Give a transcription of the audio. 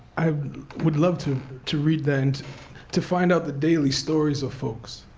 i would love to to read that, and to find out the daily stories of folks.